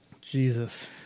Jesus